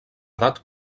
edat